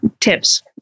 tips